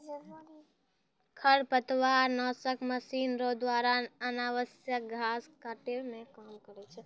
खरपतवार नासक मशीन रो द्वारा अनावश्यक घास काटै मे काम करै छै